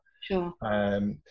Sure